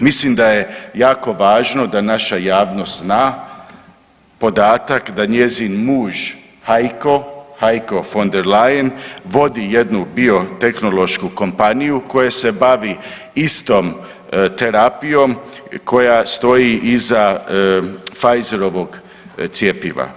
Mislim da je jako važno da naša javnost zna podatak da njezin muž Heiko von der Leyen vodi jednu biotehnološku kompaniju koja se bavi istom terapijom koja stoji iza Pfizerovog cjepiva.